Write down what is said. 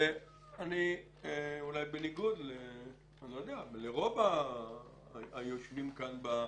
אולי בניגוד לרוב היושבים כאן בחדר,